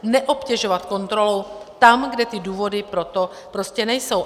Neobtěžovat kontrolou tam, kde ty důvody pro to prostě nejsou.